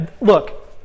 Look